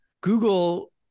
Google